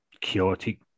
chaotic